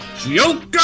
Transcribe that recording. Joker